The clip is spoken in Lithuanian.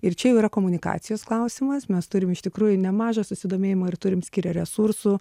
ir čia jau yra komunikacijos klausimas mes turim iš tikrųjų nemažą susidomėjimą ir turim skiria resursų